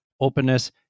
openness